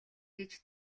гэж